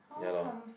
ya lor